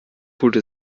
holte